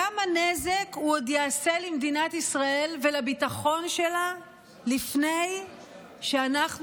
כמה נזק הוא עוד יעשה למדינת ישראל ולביטחון שלה לפני שאנחנו